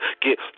get